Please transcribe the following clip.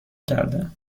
کردم